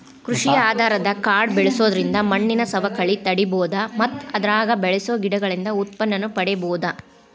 ಕೃಷಿ ಆಧಾರದ ಕಾಡು ಬೆಳ್ಸೋದ್ರಿಂದ ಮಣ್ಣಿನ ಸವಕಳಿ ತಡೇಬೋದು ಮತ್ತ ಅದ್ರಾಗ ಬೆಳಸೋ ಗಿಡಗಳಿಂದ ಉತ್ಪನ್ನನೂ ಪಡೇಬೋದು